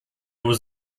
was